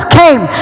came